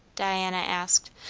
diana asked,